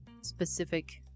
specific